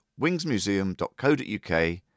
wingsmuseum.co.uk